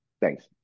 thanks